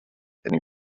and